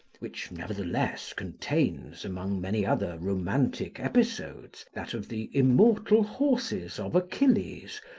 which nevertheless contains, among many other romantic episodes, that of the immortal horses of achilles,